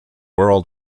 world